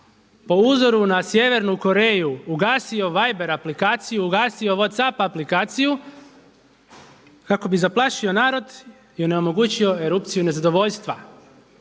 po uzoru na Sjevernu Koreju ugasio wiber aplikaciju, ugasio what's up aplikaciju kako bi zaplašio narod i onemogućio erupciju nezadovoljstva